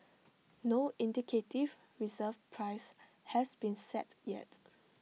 no indicative reserve price has been set yet